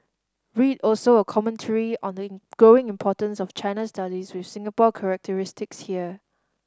read also a commentary on the growing importance of China studies with Singapore characteristics here